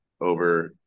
over –